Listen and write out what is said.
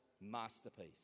masterpiece